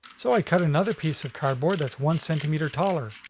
so i cut another piece of carboard that's one centimeter taller,